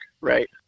right